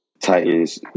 Titans